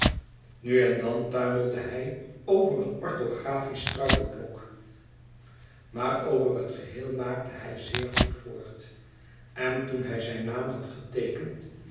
nu en dan tuimelde hij over een orthographisch struikelbok maar over het geheel maakte hij zeer goed voort en toen hij zijn naam had geteekend